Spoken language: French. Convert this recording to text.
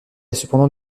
cependant